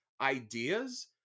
ideas